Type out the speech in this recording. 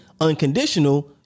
unconditional